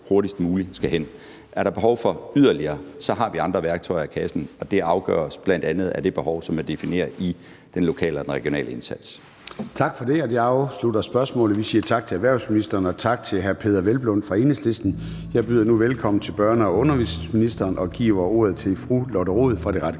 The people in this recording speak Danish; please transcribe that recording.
hurtigst muligt skal hen. Er der behov for noget yderligere, har vi andre værktøjer i kassen, og det afgøres bl.a. af det behov, som er defineret i den lokale og den regionale indsats. Kl. 13:34 Formanden (Søren Gade): Tak for det, og det afslutter spørgsmålet. Vi siger tak til erhvervsministeren og tak til hr. Peder Hvelplund fra Enhedslisten. Jeg byder nu velkommen til børne- og undervisningsministeren og giver ordet til fru Lotte Rod fra Radikale